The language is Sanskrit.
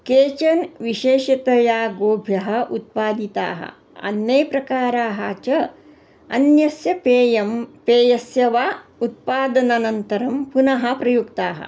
केचन विशेषतया गोभ्यः उत्पादिताः अन्ये प्रकाराः च अन्यस्य पेयं पेयस्य वा उत्पादनानन्तरं पुनः प्रयुक्ताः